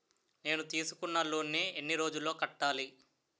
నేను తీసుకున్న లోన్ నీ ఎన్ని రోజుల్లో కట్టాలి?